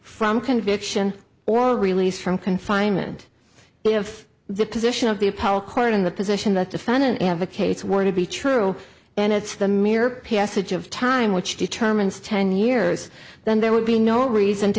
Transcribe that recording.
from conviction or release from confinement if the position of the appellate court in the position that defendant advocates were to be true and it's the mere passage of time which determines ten years then there would be no reason to